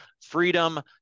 Freedom